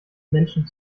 menschen